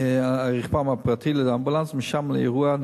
ברכבם הפרטי לאמבולנס ומשם לאירוע,